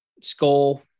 skull